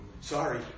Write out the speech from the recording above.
sorry